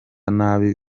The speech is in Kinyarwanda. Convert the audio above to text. nabi